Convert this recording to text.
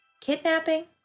kidnapping